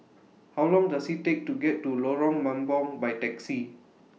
How Long Does IT Take to get to Lorong Mambong By Taxi